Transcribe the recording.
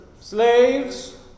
slaves